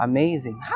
Amazing